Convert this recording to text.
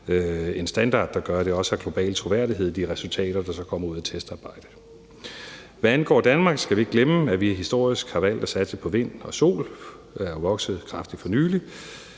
en standard, der gør, at de resultater, der kommer ud af testarbejdet, har global troværdighed. Hvad angår Danmark, skal vi ikke glemme, at vi historisk har valgt at satse på vind og sol, der er vokset kraftigt for nylig.